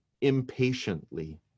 impatiently